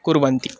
कुर्वन्ति